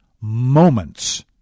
moments